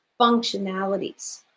functionalities